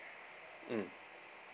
mm